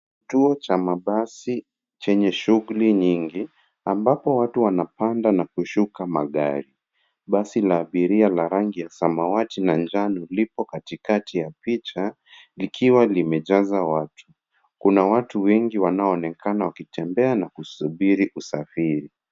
Chuo cha mabasi chenye shughuli nyingi ambapo watu wanapanda na kushuka magari ,basi na abiria na rangi ya samawati na njano lipo katikati ya picha ikiwa limejaza watu ,kuna watu wengi wanaonekana wakitembea na kusubiri usafiri.